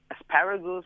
asparagus